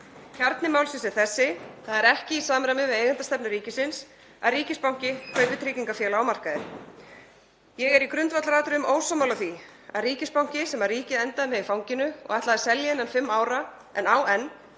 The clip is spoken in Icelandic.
Kjarni málsins er þessi: Það er ekki í samræmi við eigendastefnu ríkisins að ríkisbanki kaupi tryggingafélag á markaði. Ég er í grundvallaratriðum ósammála því að ríkisbanki sem ríkið endaði með í fanginu og ætlaði að selja innan fimm ára en á enn